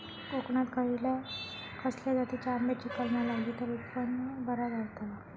कोकणात खसल्या जातीच्या आंब्याची कलमा लायली तर उत्पन बरा गावताला?